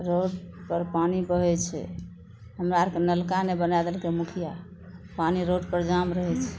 रोडपर पानि बहय छै हमरा आरके नलका नहि बनाय देलकइ मुखिया पानि रोडपर जाम रहय छै